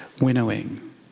winnowing